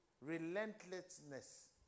relentlessness